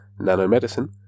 Nanomedicine